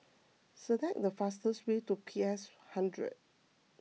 select the fastest way to P S hundred